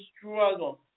struggle